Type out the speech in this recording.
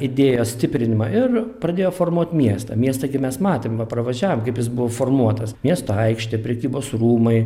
idėjos stiprinimą ir pradėjo formuot miestą miestą gi mes matėm va pravažiavom kaip jis buvo formuotas miesto aikštė prekybos rūmai